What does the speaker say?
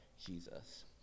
Jesus